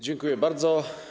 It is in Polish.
Dziękuję bardzo.